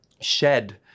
shed